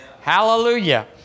Hallelujah